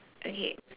okay